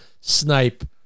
snipe